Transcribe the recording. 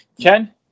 Ken